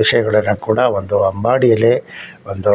ವಿಷಯಗಳನ್ನು ಕೂಡ ಒಂದು ಅಂಬಾಡಿ ಎಲೆ ಒಂದು